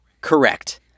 Correct